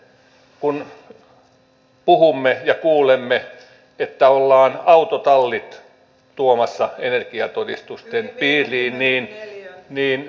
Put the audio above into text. no nyt sitten kun puhumme ja kuulemme että ollaan tuomassa autotallit energiatodistusten piiriin